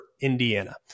Indiana